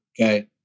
Okay